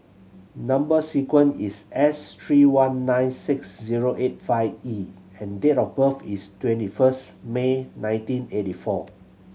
number sequence is S three one nine six zero eight five E and date of birth is twenty first May nineteen eighty four